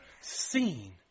seen